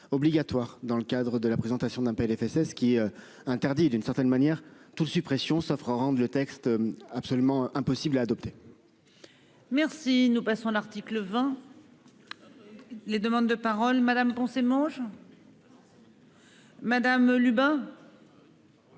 obligatoire dans le cadre de la présentation d'un PLFSS qui interdit d'une certaine manière toute suppression s'sophro rendent le texte absolument impossible à adopter. Merci. Nous passons l'article 20. Les demandes de parole Me Poncet Monge. Madame, Lubat.